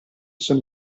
sono